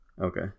Okay